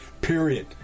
Period